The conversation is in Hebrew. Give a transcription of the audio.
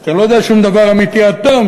כי אני לא יודע שום דבר אמיתי עד תום,